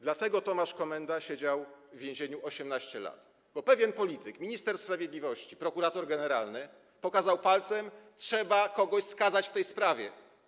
Dlatego Tomasz Komenda siedział w więzieniu 18 lat, bo pewien polityk, minister sprawiedliwości - prokurator generalny pokazał palcem, mówiąc: trzeba kogoś skazać w tej sprawie.